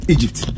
Egypt